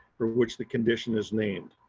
for which the condition is named.